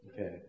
Okay